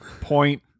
point